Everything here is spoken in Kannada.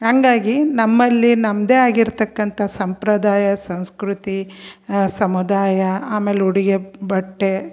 ಹಂಗಾಗಿ ನಮ್ಮಲ್ಲಿ ನಮ್ಮದೇ ಆಗಿರತಕ್ಕಂಥ ಸಂಪ್ರದಾಯ ಸಂಸ್ಕೃತಿ ಸಮುದಾಯ ಆಮೇಲೆ ಉಡುಗೆ ಬಟ್ಟೆ